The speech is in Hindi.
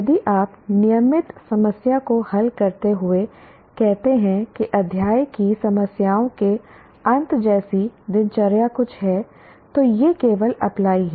यदि आप नियमित समस्या को हल करते हुए कहते हैं कि अध्याय की समस्याओं के अंत जैसी दिनचर्या कुछ है तो यह केवल अप्लाई है